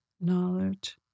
knowledge